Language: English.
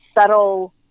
subtle